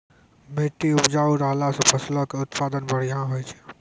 मट्टी उपजाऊ रहला से फसलो के उत्पादन बढ़िया होय छै